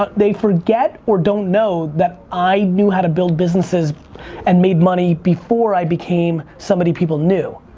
but they forget or don't know that i knew how to build businesses and made money before i became somebody people knew.